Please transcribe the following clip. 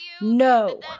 No